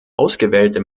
ausgewählte